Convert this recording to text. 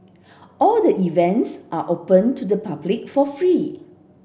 all the events are open to the public for free